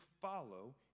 follow